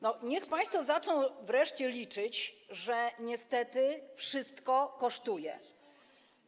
Niech państwo zaczną wreszcie liczyć, bo niestety wszystko kosztuje.